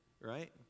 right